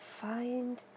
find